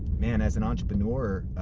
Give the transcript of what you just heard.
man, as an entrepreneur,